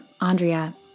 Andrea